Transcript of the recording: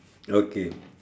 okay